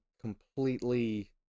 completely